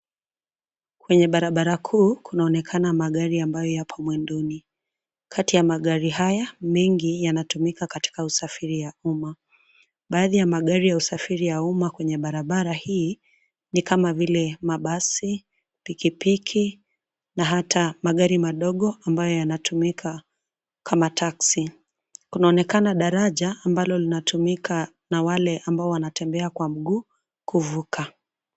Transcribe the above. Kwenye barabara kuu kunaonekana magari ambayo yapo mwendoni kati ya magari haya mengi yanatukima katika usafiri ya uma baadhi ya magari ya usafiri ya uma kwenye barabara hii ni kama vile mabasi, pikipiki, na hata magari madogo ambayo yanatumika kama taxi . Kunaonekana daraja ambalo linatumika na wale ambao wanaotembea kwa mguu kuvuka.